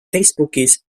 facebookis